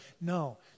no